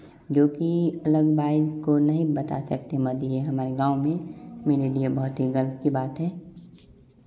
जो कि अलग बाइ को नहीं बता सकते मद जो हमारे गाँव में मेरे लिए बहुत ही गर्व की बात है